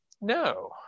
no